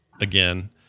again